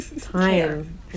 time